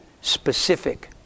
Specific